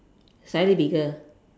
slightly bigger